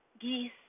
geese